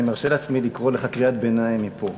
אני מרשה לעצמי לקרוא לך קריאת ביניים מפה,